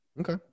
Okay